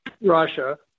Russia